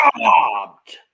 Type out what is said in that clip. Robbed